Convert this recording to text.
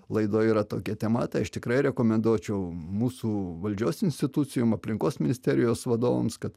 laidoj yra tokia tema tai aš tikrai rekomenduočiau mūsų valdžios institucijom aplinkos ministerijos vadovams kad